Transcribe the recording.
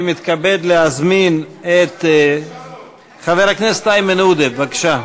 אני מתכבד להזמין את חבר הכנסת איימן עודה, בבקשה.